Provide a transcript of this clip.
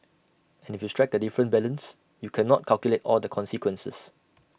and if you strike A different balance you cannot calculate all the consequences